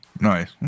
nice